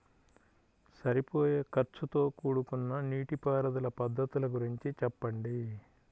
సరిపోయే ఖర్చుతో కూడుకున్న నీటిపారుదల పద్ధతుల గురించి చెప్పండి?